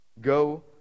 Go